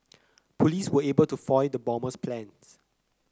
police were able to foil the bomber's plans